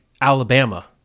Alabama